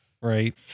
Right